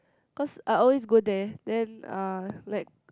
cause I always go there then uh like